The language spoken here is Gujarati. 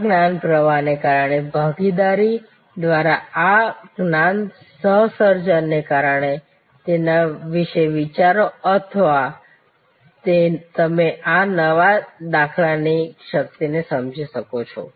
આ જ્ઞાન પ્રવાહને કારણે ભાગીદારી દ્વારા આ જ્ઞાન સહ સર્જનને કારણે તેના વિશે વિચારો અને તમે આ નવા દાખલાની શક્તિને સમજી શકશો